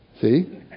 See